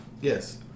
Yes